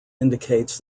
indicates